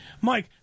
Mike